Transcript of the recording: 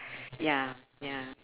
ya ya